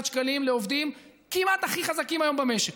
שקלים לעובדים שהם כמעט הכי חזקים היום במשק.